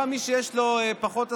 גם מי שיש לו פחות השכלה,